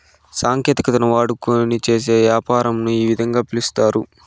సాంకేతికతను వాడుకొని చేసే యాపారంను ఈ విధంగా పిలుస్తారు